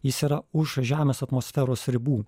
jis yra už žemės atmosferos ribų